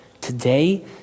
today